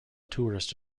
tourist